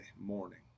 morning